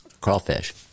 crawfish